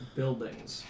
buildings